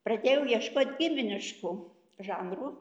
pradėjau ieškot giminiškų žanrų